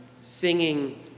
singing